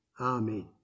Amen